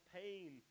pain